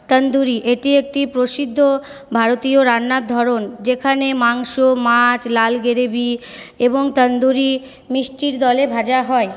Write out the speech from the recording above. তান্দুরি এটি একটি প্রসিদ্ধ ভারতীয় রান্নার ধরণ যেখানে মাংস মাছ লাল গ্রেভি এবং তান্দুরি মিষ্টির দলে ভাজা হয়